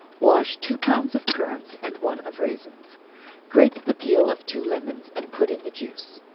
wash two pounds of currants, and one of raisins grate the peel of two lemons, and put in the juice,